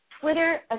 Twitter